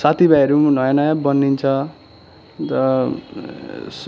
साथीभाइहरू नि नयाँ नयाँ बनिन्छ अन्त